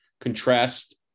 contrast